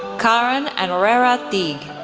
karen and herrera teague,